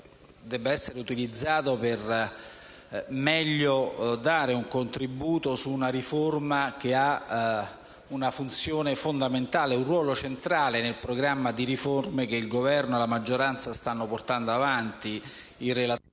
debba essere utilizzato per dare un contributo migliore ad una riforma che ha una funzione fondamentale, un ruolo centrale nel vasto programma di riforme che il Governo e la maggioranza stanno portando avanti in relazione